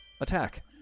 attack